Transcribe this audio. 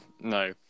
No